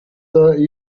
thirty